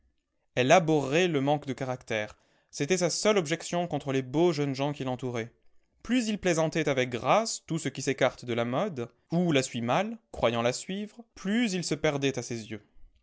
abhorrait le manque de caractère c'était sa seule objection contre les beaux jeunes gens qui l'entouraient plus ils plaisantaient avec grâce tout ce qui s'écarte de la mode ou la suit mal croyant la suivre plus ils se perdaient à ses yeux